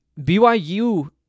BYU